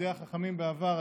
תלמידי החכמים בעבר,